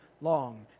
long